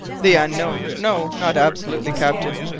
the unknown! no, not absolutely, captain,